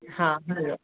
हा हलो